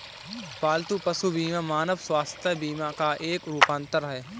पालतू पशु बीमा मानव स्वास्थ्य बीमा का एक रूपांतर है